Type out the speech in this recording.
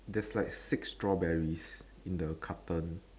there's like six strawberries in the carton